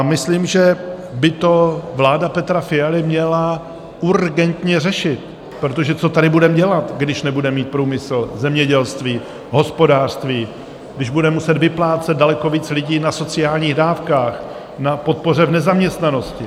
Myslím, že by to vláda Petra Fialy měla urgentně řešit, protože co tady budeme dělat, když nebudeme mít průmysl, zemědělství, hospodářství, když bude muset vyplácet daleko více lidí na sociálních dávkách, na podpoře v nezaměstnanosti.